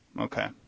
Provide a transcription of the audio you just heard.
okay